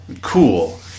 Cool